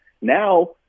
Now